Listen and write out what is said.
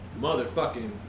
motherfucking